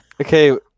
Okay